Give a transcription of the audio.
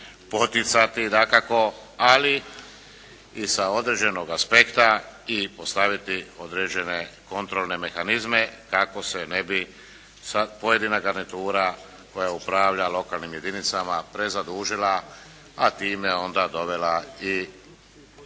poticati dakako ali i sa određenog aspekta i postaviti određene kontrolne mehanizme kako se ne bi sada pojedina garnitura koja upravlja lokalnim jedinicama prezadužila, a time onda dovela i